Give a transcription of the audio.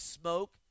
smoke